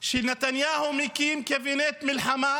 שנתניהו מקים קבינט מלחמה,